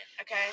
Okay